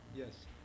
Yes